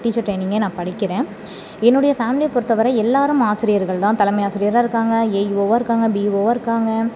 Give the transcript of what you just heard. teacher ட்ரெய்னிங்கே நான் படிக்கிறேன் என்னுடைய ஃபேம்லியை பொறுத்தவரை எல்லாேரும் ஆசிரியர்கள் தான் தலைமை ஆசிரியராக இருக்காங்க ஏஇஓவாக இருக்காங்க பிஇஓவாக இருக்காங்க